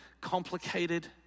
complicated